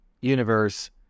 universe